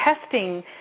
testing